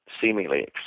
seemingly